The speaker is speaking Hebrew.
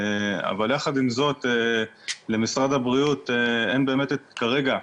אבל יחד עם זאת למשרד הבריאות אין באמת כרגע,